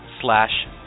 slash